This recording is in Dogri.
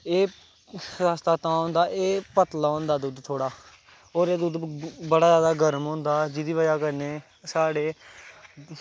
एह् सस्ता तां होंदा एह् पतला होंदा दुद्ध थोह्ड़ा होर एह् दुद्ध बड़ा जादा गर्म होंदा जेह्दी बजह् कन्नै साढ़े